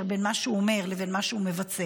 בין מה שהוא אומר לבין מה שהוא מבצע.